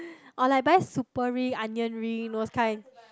or like buy Super Ring onion ring those kind